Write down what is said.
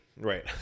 Right